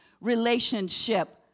relationship